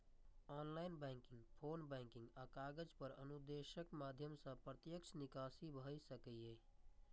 online banking, phone banking या कागज पर अनुदेशक माध्यम सं प्रत्यक्ष निकासी भए सकैए